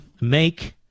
make